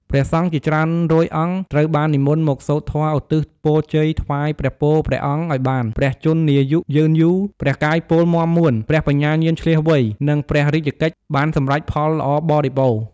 ព្រះសង្ឃជាច្រើនរយអង្គត្រូវបាននិមន្តមកសូត្រធម៌ឧទ្ទិសពរជ័យថ្វាយព្រះពរព្រះអង្គឲ្យបាន ព្រះជន្មាយុយឺនយូរ ព្រះកាយពលមាំមួន ព្រះបញ្ញាញាណឈ្លាសវៃ និងព្រះរាជកិច្ចបានសម្រេចផលល្អបរិបូរណ៍។